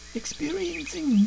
experiencing